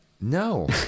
no